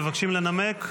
מבקשים לנמק?